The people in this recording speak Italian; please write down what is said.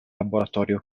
laboratorio